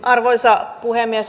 arvoisa puhemies